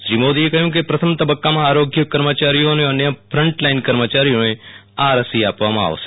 શ્રી મોદીએ એ કહયું કે પ્રથમ તબકકામાં આરોગ્ય કર્મચારીઓ અને અન્ય ફન્ટલાઈન કર્મચારી ઓને આ રસી આપવામાં આવશે